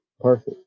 Perfect